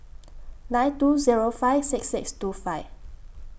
nine two Zero five six six two five